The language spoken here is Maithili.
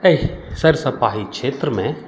एहि सरिसव पाही क्षेत्रमे